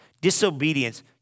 Disobedience